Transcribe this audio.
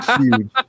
huge